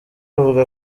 avuga